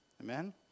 Amen